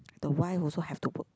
the wife also have to work